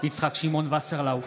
יצחק שמעון וסרלאוף,